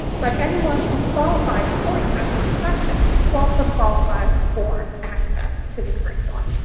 but anyone who qualifies for special instruction also qualifies for access to the curriculum.